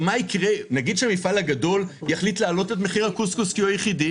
נגיד שהמפעל הגדול יחליט להעלות את מחיר הקוסקוס כי הוא היחיד,